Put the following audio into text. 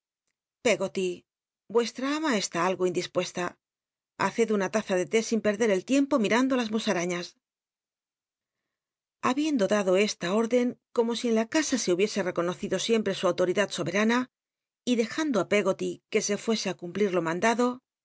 oty vuestra ama c tñ al o indispnesta haced una laza ele té sin perder el tiempo mirando ü las nlusarailas habiendo d tdo esta ónlen como si en la casa se hubiese reconocido icmprc u autoritlall sobetana dejando i peggoty que se l'uese i cumplir lo